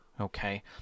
Okay